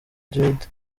dread